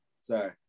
Sorry